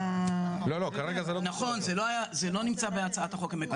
יש קורונה,